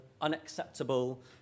unacceptable